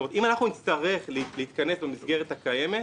אם אנחנו נצטרך להתכנס במסגרת הקיימת,